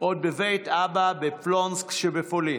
עוד בבית אבא, בפלונסק שפולין,